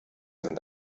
sind